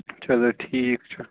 چلو ٹھیٖک چھُ